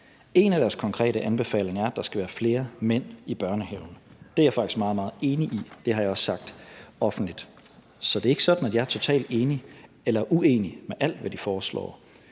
En af deres konkrete anbefalinger er, at der skal være flere mænd i børnehaven. Det er jeg faktisk meget, meget enig i, og det har jeg også sagt offentligt, så det er ikke sådan, at jeg er totalt uenig i alt, hvad der foreslås.